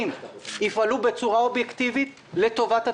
יפעלו בצורה אובייקטיבית לטובת הציבור,